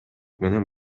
менен